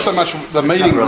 so much a meeting,